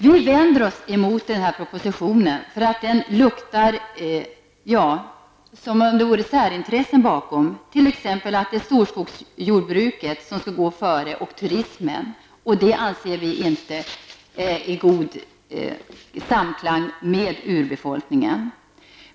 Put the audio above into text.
Vi vänder oss emot propositionen, eftersom det verkar ligga särintressen bakom den. Det verkar t.ex. som att storskogsjordbruket och turismen skall gå före samernas intresse. Vi anser inte att detta står i samklang med urbefolkningens intressen.